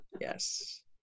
Yes